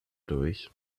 durch